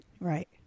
Right